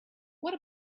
what